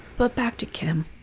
but back to kim.